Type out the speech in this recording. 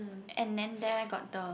and then there got the